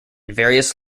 various